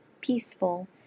peaceful